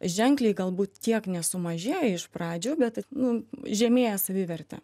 ženkliai galbūt tiek nesumažėja iš pradžių bet nu žemėja savivertė